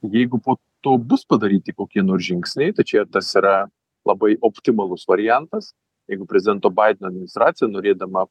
jeigu po to bus padaryti kokie nors žingsniai tai čia tas yra labai optimalus variantas jeigu prezidento baideno administracija norėdama